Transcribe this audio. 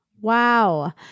Wow